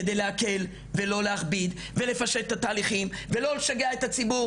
כדי להקל ולא להכביד ולפשט את התהליכים ולא לשגע את הציבור